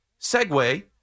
Segway